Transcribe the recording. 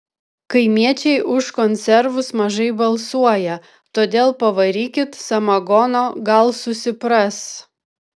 kaimiečiai už konservus mažai balsuoja todėl pavarykit samagono gal susipras